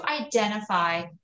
identify